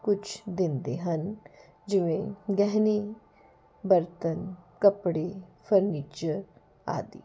ਕੁਛ ਦਿੰਦੇ ਹਨ ਜਿਵੇਂ ਗਹਿਣੇ ਬਰਤਨ ਕੱਪੜੇ ਫਰਨੀਚਰ ਆਦਿ